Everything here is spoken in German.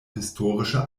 historische